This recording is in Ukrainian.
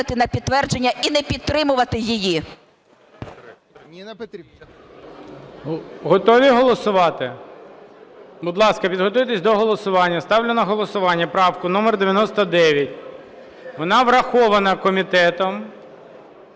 Готові голосувати? Будь ласка, підготуйтесь до голосування. Ставлю на голосування правку номер 99. Вона врахована комітетом.